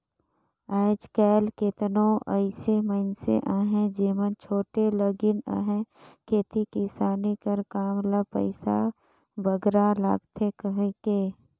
आएज काएल केतनो अइसे मइनसे अहें जेमन छोंड़े लगिन अहें खेती किसानी कर काम ल पइसा बगरा लागथे कहिके